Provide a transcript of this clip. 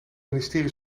ministerie